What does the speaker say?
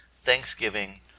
Thanksgiving